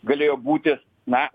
galėjo būti na